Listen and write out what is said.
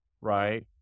right